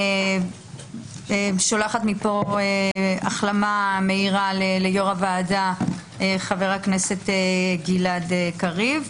שולחת מפה החלמה מהירה ליו"ר הוועדה חבר הכנסת גלעד קריב.